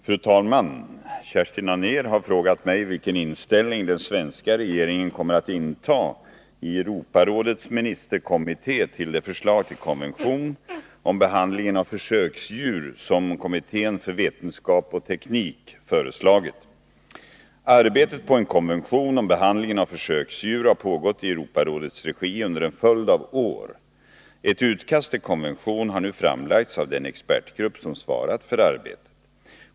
Fru talman! Kerstin Anér har frågat mig vilken inställning den svenska regeringen kommer att inta i Europarådets ministerkommitté till det förslag till konvention om behandlingen av försöksdjur som kommittén för vetenskap och teknik föreslagit. Arbetet på en konvention om behandlingen av försöksdjur har pågått i Europarådets regi under en följd av år. Ett utkast till konvention har nu framlagts av den expertgrupp som svarat för arbetet.